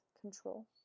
control